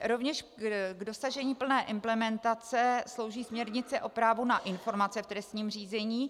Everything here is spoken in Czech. Rovněž k dosažení plné implementace slouží směrnice o právu na informace v trestním řízení.